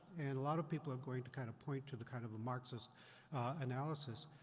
and a lot of people are going to kind of point to the kind of a marxist analysis,